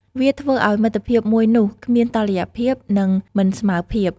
វាធ្វើឱ្យមិត្តភាពមួយនោះគ្មានតុល្យភាព និងមិនស្មើភាព។